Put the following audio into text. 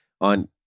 On